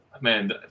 man